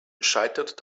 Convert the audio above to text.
scheitert